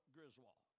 Griswold